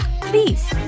please